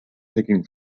taking